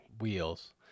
wheels